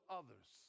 others